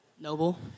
Noble